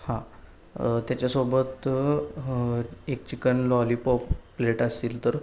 हां त्याच्यासोबत एक चिकन लॉलीपॉप प्लेट असतील तर